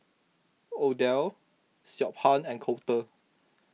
Odell Siobhan and Colter